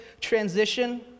transition